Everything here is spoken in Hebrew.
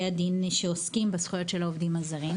הדין שעוסקים בזכויות של העובדים הזרים,